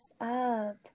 up